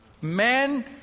man